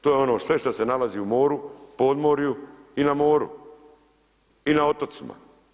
To je ono sve što se nalazi u moru podmorju i na moru i na otocima.